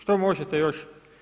Što možete još?